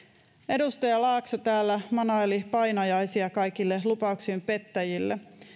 edustaja laakso täällä manaili painajaisia kaikille lupauksien pettäjille